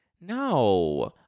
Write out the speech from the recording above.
No